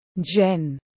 Jen